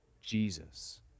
Jesus